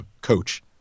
coach